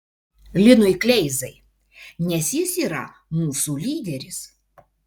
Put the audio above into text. linui kleizai nes jis yra mūsų lyderis